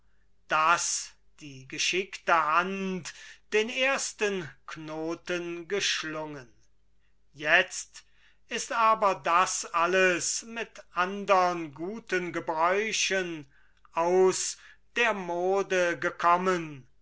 daß die geschickte hand den ersten knoten geschlungen jetzt ist aber das alles mit andern guten gebräuchen aus der mode gekommen